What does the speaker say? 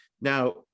now